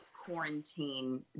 quarantine